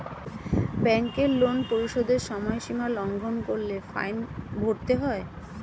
ব্যাংকের লোন পরিশোধের সময়সীমা লঙ্ঘন করলে ফাইন ভরতে হয়